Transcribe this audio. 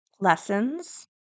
Lessons